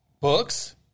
books